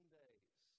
days